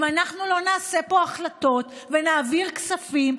אם אנחנו לא נעשה פה החלטות ונעביר כספים,